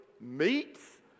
meats